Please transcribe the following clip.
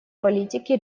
политики